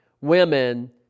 women